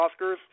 Oscars